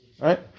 Right